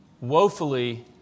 woefully